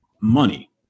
money